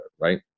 right